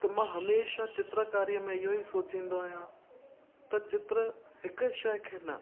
त मां हमेशा चित्रकारीअ में इहो ई सोचींदो आहियां त चित्र हिकु शइ खे न